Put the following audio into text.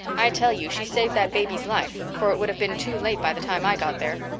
i tell you she saved that baby's life, for it would have been too late by the time i got there.